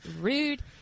Rude